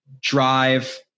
drive